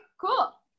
cool